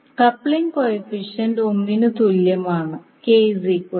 coupling coefficient ഒന്നിന് തുല്യമാണ് 3